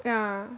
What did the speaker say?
yeah